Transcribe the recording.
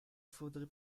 faudrait